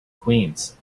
queens